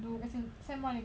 ya lah